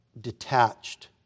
detached